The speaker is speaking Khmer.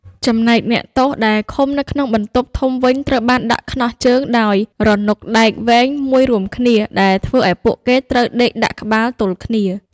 ចំណែកអ្នកទោសដែលឃុំនៅក្នុងបន្ទប់ធំវិញ ត្រូវបានដាក់ខ្នោះជើងដោយរនុកដែកវែងមួយរួមគ្នា ដែលធ្វើឱ្យពួកគេត្រូវដេកដាក់ក្បាលទល់គ្នា។